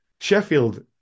Sheffield